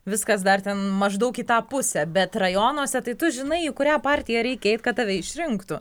viskas dar ten maždaug į tą pusę bet rajonuose tai tu žinai į kurią partiją reikia eit kad tave išrinktų